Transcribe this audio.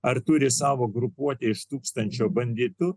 ar turi savo grupuotę iš tūkstančio banditų